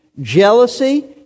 jealousy